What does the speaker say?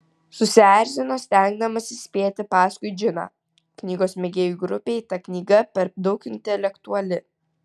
susierzino stengdamasi spėti paskui džiną knygos mėgėjų grupei ta knyga per daug intelektuali